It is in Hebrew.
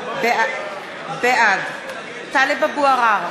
בעד טלב אבו עראר,